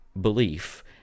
belief